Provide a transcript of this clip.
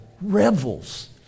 revels